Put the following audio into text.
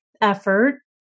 effort